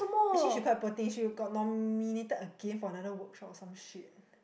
actually she quite poor thing she got nominated again for another workshop or some shit